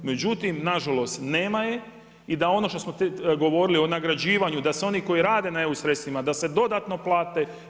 Međutim na žalost nema je i da ono što smo govorili o nagrađivanju, da se oni koji rade na EU sredstvima da se dodatno plate.